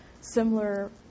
similar